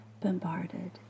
bombarded